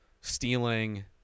stealing